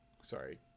Sorry